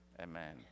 amen